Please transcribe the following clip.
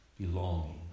belonging